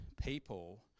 people